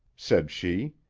said she.